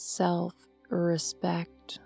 self-respect